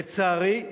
לצערי,